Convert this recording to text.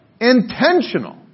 Intentional